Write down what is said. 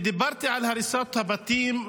דיברתי על הריסת הבתים,